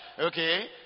Okay